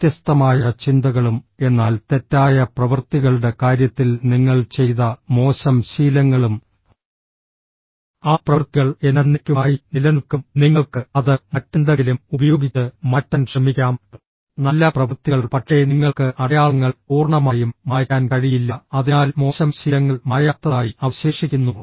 വ്യത്യസ്തമായ ചിന്തകളും എന്നാൽ തെറ്റായ പ്രവൃത്തികളുടെ കാര്യത്തിൽ നിങ്ങൾ ചെയ്ത മോശം ശീലങ്ങളും ആ പ്രവൃത്തികൾ എന്നെന്നേക്കുമായി നിലനിൽക്കും നിങ്ങൾക്ക് അത് മറ്റെന്തെങ്കിലും ഉപയോഗിച്ച് മാറ്റാൻ ശ്രമിക്കാം നല്ല പ്രവൃത്തികൾ പക്ഷേ നിങ്ങൾക്ക് അടയാളങ്ങൾ പൂർണ്ണമായും മായ്ക്കാൻ കഴിയില്ല അതിനാൽ മോശം ശീലങ്ങൾ മായാത്തതായി അവശേഷിക്കുന്നു